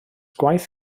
gwaith